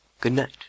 good-night